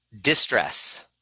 Distress